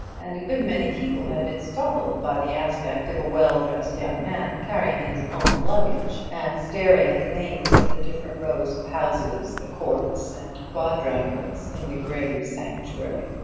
and a good many people had been startled by the aspect of a well-dressed young man carrying his own luggage, and staring at the names of the different rows of houses, the courts and quadrangles in the grave sanctuary.